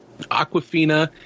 Aquafina